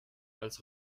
als